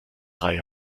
reihe